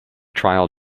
trial